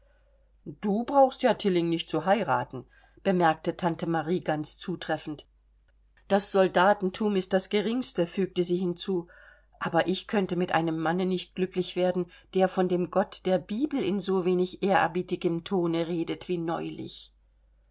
du brauchst ja tilling nicht zu heiraten bemerkte tante marie ganz zutreffend das soldatentum ist das geringste fügte sie hinzu aber ich könnte mit einem manne nicht glücklich werden der von dem gott der bibel in so wenig ehrerbietigem tone redet wie neulich